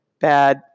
bad